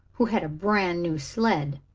who had a brand-new sled.